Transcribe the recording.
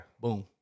Boom